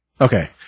Okay